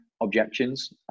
objections